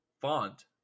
Font